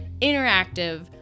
interactive